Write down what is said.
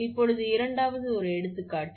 இப்போது இரண்டாவது ஒரு எடுத்துக்காட்டு 2